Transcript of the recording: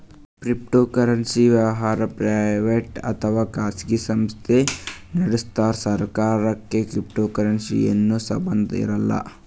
cryptocurrency ವ್ಯವಹಾರ್ private ಅಥವಾ ಖಾಸಗಿ ಸಂಸ್ಥಾ ನಡಸ್ತಾರ್ ಸರ್ಕಾರಕ್ಕ್ ಕ್ರಿಪ್ಟೋಕರೆನ್ಸಿಗ್ ಏನು ಸಂಬಂಧ್ ಇರಲ್ಲ್